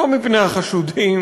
לא מפני החשודים.